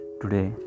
today